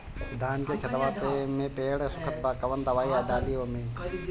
धान के खेतवा मे पेड़ सुखत बा कवन दवाई डाली ओमे?